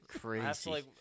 Crazy